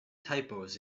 typos